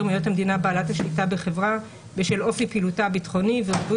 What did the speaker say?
מהיות המדינה בעלת השליטה בחברה ובשל אופי פעילותה הביטחוני וריבוי